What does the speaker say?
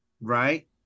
right